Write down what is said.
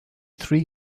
three